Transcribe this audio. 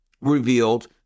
revealed